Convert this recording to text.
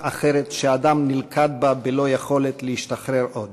אחרת שהאדם נלכד בה בלא יכולת להשתחרר עוד